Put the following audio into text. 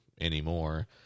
anymore